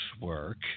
work –